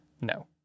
no